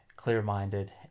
clear-minded